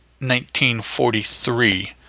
1943